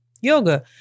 yoga